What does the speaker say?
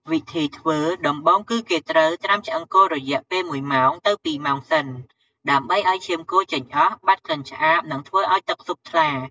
វិធីធ្វើ ដំបូងគឺគេត្រូវត្រាំឆ្អឹងគោរយៈពេលមួយម៉ោងទៅពីរម៉ោងសិន ដើម្បីឱ្យឈាមគោចេញអស់ បាត់ក្លិនឆ្អាប និងធ្វើឱ្យទឹកស៊ុបថ្លា។